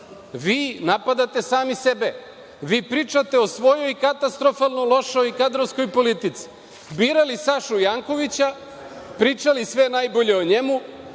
Vi, napadate sami sebe. Vi, pričate o svojoj katastrofalno lošoj kadrovskoj politici. Birali Sašu Jankovića, pričali sve najbolje o njemu,